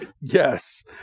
Yes